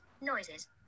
Noises